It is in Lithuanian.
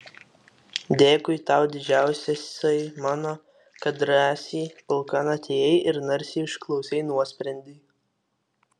dėkui tau didžiausiasai mano kad drąsiai pulkan atėjai ir narsiai išklausei nuosprendį